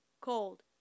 Cold